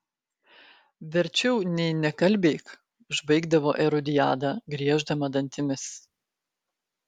verčiau nė nekalbėk užbaigdavo erodiada grieždama dantimis